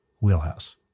wheelhouse